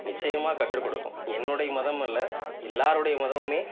நிச்சயமாக கற்றுக்கொடுக்கும் என்னுடைய மதமல்ல எல்லோருடைய மதமும்